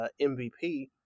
MVP